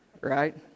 Right